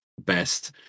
best